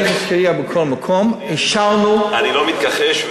אני לא מתכחש,